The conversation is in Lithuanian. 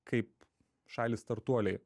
kaip šalys startuoliai